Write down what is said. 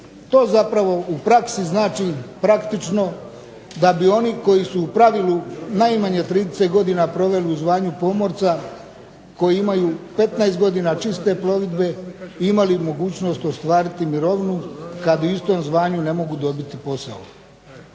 To zapravo u praksi znači praktično da bio oni koji su u pravilu najmanje 30 godina proveli u zvanju pomorca koji imaju 15 godina čiste plovidbe imali bi mogućnost ostvariti mirovinu kada u istom zvanju ne mogu dobiti posao.